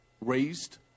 raised